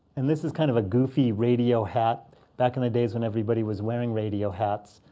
and this is kind of a goofy radio hat back in the days when everybody was wearing radio hats.